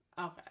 Okay